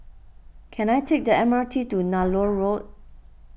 can I take the M R T to Nallur Road